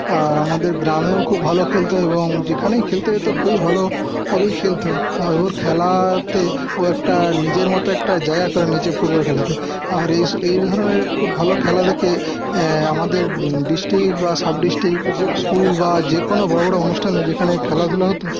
আর আমাদের গ্রামেও খুব ভালো খেলতো এবং যেখানেই খেলতে যেতো খুবই ভালোভাবেই খেলতো আর ওর খেলাতে ও একটা নিজের মতো একটা জায়গা করে নিয়েছে ফুটবল খেলাতে আর এই ধরনের খুব ভালো খেলা দেখে আমাদের ড্রিস্ট্রিক বা সাবড্রিস্ট্রিক যে স্কুল বা যে কোনো বড়ো বড়ো অনুষ্ঠানে যেখানে খেলাধুলা হতো